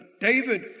David